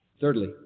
Thirdly